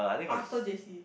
after J_C